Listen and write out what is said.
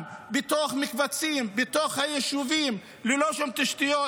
במקבצים לתוך היישובים ללא שום תשתיות.